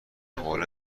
حوله